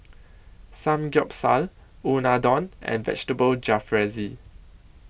Samgeyopsal Unadon and Vegetable Jalfrezi